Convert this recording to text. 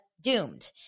doomed